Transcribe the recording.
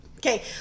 Okay